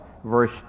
Verse